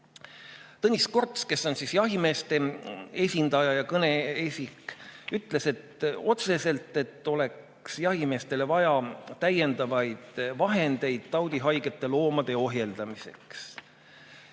Tõnis Korts, kes on jahimeeste esindaja ja kõneisik, ütles otse, et jahimeestele oleks vaja täiendavaid vahendeid taudihaigete loomade ohjeldamiseks.